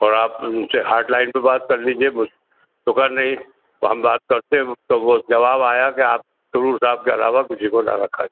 اور آپ ان سے ہاٹ لائن پہ بات کر لیجیے مجھ تو کہا نہیں تو ہم بات کرتے تو وہ جواب آیا کہ آپ سرور صاحپ کے علاوہ کسی کو نہ رکھا جائے